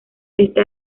esta